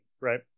right